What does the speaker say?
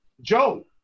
Joe